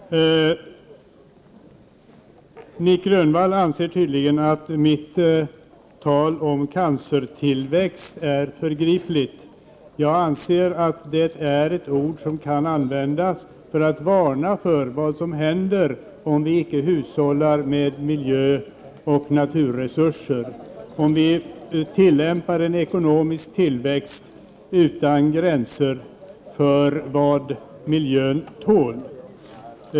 Fru talman! Nic Grönvall anser tydligen att mitt tal om cancertillväxt är förgripligt. Jag tycker att det ordet kan användas i syfte att varna för vad som händer om vi icke hushållar med miljöoch naturresurser och om vi tillåter en ekonomisk tillväxt utan att ta hänsyn till vad miljön tål.